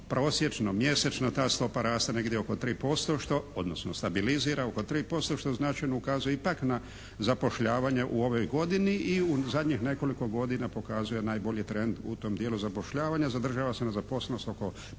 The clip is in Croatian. prosječno, mjesečno ta stopa raste negdje oko 3% što, odnosno stabilizira oko 3% što značajno ukazuje ipak na zapošljavanje u ovoj godini i u zadnjih nekoliko godina pokazuje najbolji trend u tom dijelu zapošljavanja. Zadržava se nezaposlenost oko 15